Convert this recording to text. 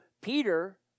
Peter